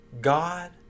God